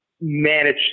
manage